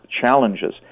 challenges